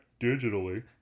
digitally